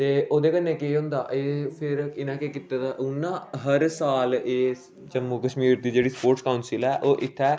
ते ओह्दे कन्नै केह् होंदा एह् फिर इनें केह् कीते दा हून ना हर साल एह् जम्मू कश्मीर दी जेह्ड़ी स्पोर्टस काउंसल ऐ ओह् इत्थै